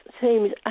seems